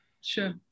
Sure